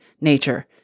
nature